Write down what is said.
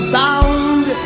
bound